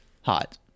Hot